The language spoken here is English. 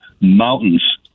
mountains